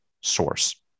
source